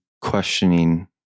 questioning